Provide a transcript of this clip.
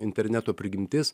interneto prigimtis